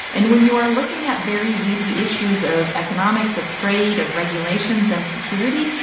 and when you are looking at very weedy issues of economics, of trade, of regulations and security,